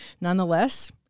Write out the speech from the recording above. nonetheless